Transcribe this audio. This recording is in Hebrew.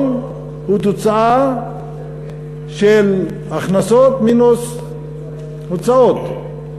הוא תוצאה של הכנסות מינוס הוצאות.